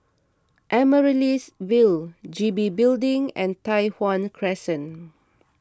Amaryllis Ville G B Building and Tai Hwan Crescent